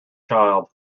child